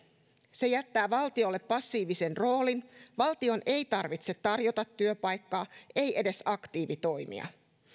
se jättää valtiolle passiivisen roolin valtion ei tarvitse tarjota työpaikkaa ei edes aktiivitoimia